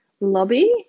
lobby